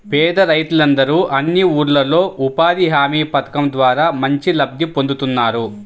పేద రైతులందరూ అన్ని ఊర్లల్లో ఉపాధి హామీ పథకం ద్వారా మంచి లబ్ధి పొందుతున్నారు